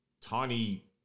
tiny